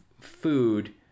food